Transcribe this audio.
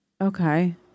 okay